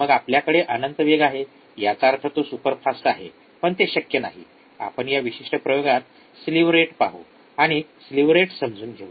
मग आपल्याकडे अनंत वेग आहे याचा अर्थ तो सुपरफास्ट आहे पण ते शक्य नाही आपण या विशिष्ट प्रयोगात स्लीव्ह रेट पाहू आणि आपण स्लीव्ह रेट समजून घेऊ